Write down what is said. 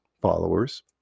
followers